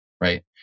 right